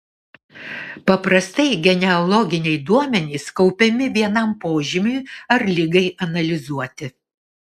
paprastai genealoginiai duomenys kaupiami vienam požymiui ar ligai analizuoti